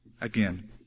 again